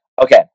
Okay